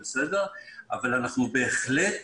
אבל אנחנו בהחלט